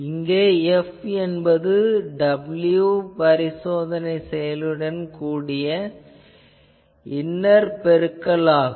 இங்கே F என்பது w பரிசோதனை செயலியுடன் கூடிய இன்னர் பெருக்கல் ஆகும்